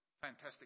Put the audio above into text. fantastic